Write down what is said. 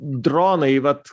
dronai vat